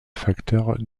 facteur